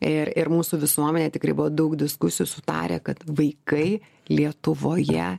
ir ir mūsų visuomenėj tikrai buvo daug diskusijų sutarę kad vaikai lietuvoje